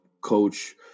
coach